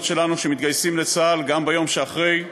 שלנו שמתגייסים לצה"ל גם ביום שאחרי,